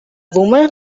woman